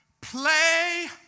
play